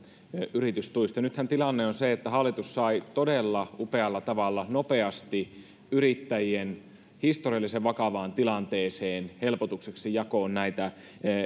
yritystuista nythän tilanne on se että hallitus sai todella upealla tavalla nopeasti yrittäjien historiallisen vakavaan tilanteeseen helpotukseksi jakoon näitä